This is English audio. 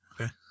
Okay